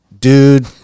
dude